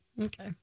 Okay